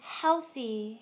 healthy